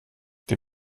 der